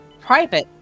private